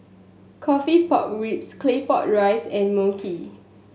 coffee pork ribs Claypot Rice and Mui Kee